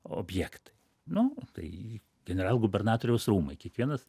objektai nu tai generalgubernatoriaus rūmai kiekvienas